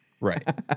Right